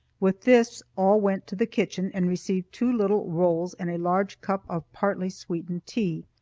with this all went to the kitchen and received two little rolls and a large cup of partly sweetened tea.